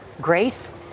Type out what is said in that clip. grace